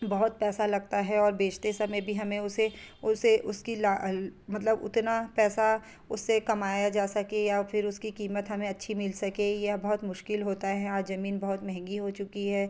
बहुत पैसा लगता है और बेचते समय भी हमें उसे उसे उसकी ला मतलब उतना पैसा उससे कमाया जा सके या फिर उसकी क़ीमत हमें अच्छी मिल सके यह बहुत मुश्किल होता है यहाँ ज़मीन बहुत महँगी हो चुकी है